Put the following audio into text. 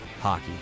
Hockey